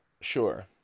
Sure